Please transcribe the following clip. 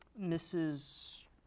Mrs